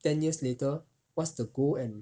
ten years later what's the goal and